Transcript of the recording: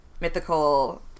mythical